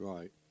Right